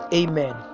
amen